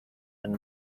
and